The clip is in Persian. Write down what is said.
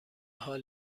حال